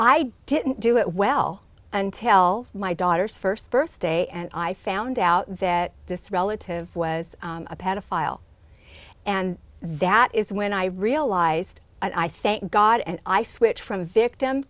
i didn't do it well until my daughter's first birthday and i found out that this relative was a pedophile and that is when i realized i thank god and i switch from a victim